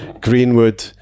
Greenwood